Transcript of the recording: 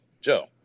Joe